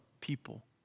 people